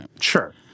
Sure